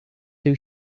two